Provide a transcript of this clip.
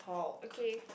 okay